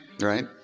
right